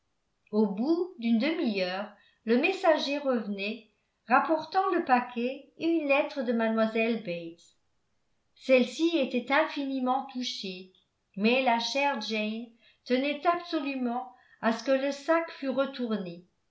au bout d'une demi-heure le messager revenait rapportant le paquet et une lettre de mlle bates celle-ci était infiniment touchée mais la chère jane tenait absolument à ce que le sac fût retourné